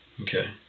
Okay